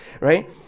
right